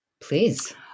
please